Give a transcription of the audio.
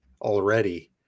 already